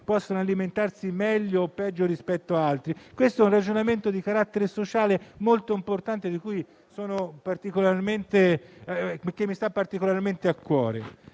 possono alimentarsi meglio o peggio rispetto ad altri. Questo è un ragionamento di carattere sociale molto importante, che mi sta particolarmente a cuore.